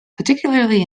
particularly